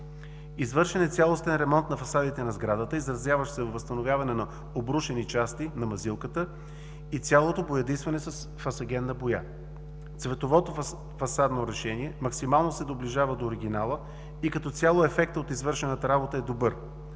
„Извършен е цялостен ремонт на фасадите на сградата, изразяващ се във възстановяване на обрушени части на мазилката и цялото боядисване с фасагенна боя. Цветовото фасадно решение максимално се доближава до оригинала и като цяло ефектът от извършената работа е добър.